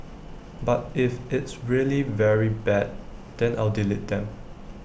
but if it's really very bad then I'll delete them